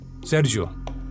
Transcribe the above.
Sergio